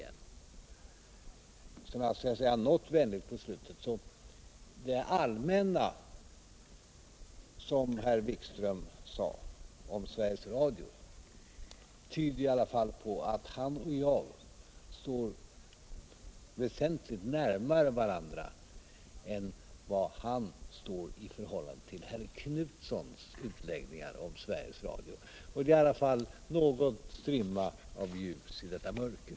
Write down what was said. Om jap till sist skall säga något vänligt, tyder det allmänna som herr Wikström sade om Sveriges Radio på att han och jag står väsentligt närmare varandra än vad han står i förhållande till herr Knutson. med tanke på hans utläggningar om Sveriges Radio. Det är i alla fall en strimma av ljus i detta mörker.